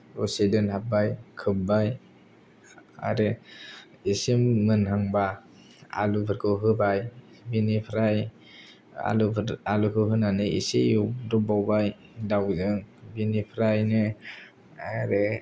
दसे दोनहाब्बाय खोब्बाय आरो एसे मोनहांबा आलुफोरखौ होबाय बिनिफ्राय आलुफोर आलुखौ होनानै इसे एवदबबावबाय दाउजों बिनिफ्रायनो आरो